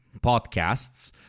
podcasts